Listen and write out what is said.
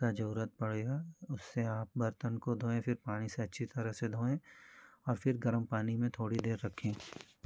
की जरूरत पड़ेगी उससे आप बर्तन को धोएँ फिर पानी से अच्छी तरह से धोएँ और फिर गरम पानी में थोड़ी देर रखें